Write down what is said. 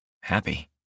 happy